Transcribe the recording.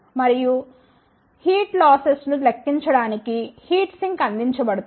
మరియు heat losses ను లెక్కించడానికి హీట్ సింక్ అందించబడుతుంది